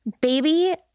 Baby